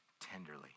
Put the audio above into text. tenderly